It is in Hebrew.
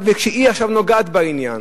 שהיא עכשיו נוגעת בעניין,